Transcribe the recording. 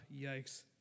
Yikes